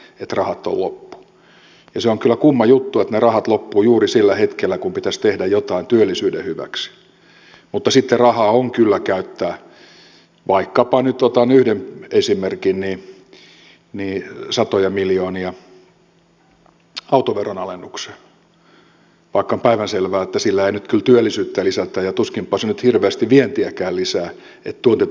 ja se on kyllä kumma juttu että ne rahat loppuvat juuri sillä hetkellä kun pitäisi tehdä jotain työllisyyden hyväksi mutta sitten rahaa on kyllä käyttää vaikkapa nyt otan yhden esimerkin satoja miljoonia autoveron alennukseen vaikka on päivänselvää että sillä ei nyt kyllä työllisyyttä lisätä ja tuskinpa se nyt hirveästi vientiäkään lisää että tuontitavaroiden hintaa lasketaan